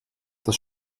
das